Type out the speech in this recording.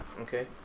Okay